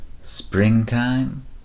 Springtime